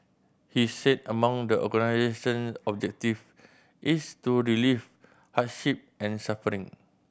he said among the organisation objective is to relieve hardship and suffering